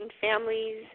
families